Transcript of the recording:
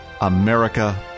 America